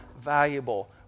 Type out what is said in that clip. valuable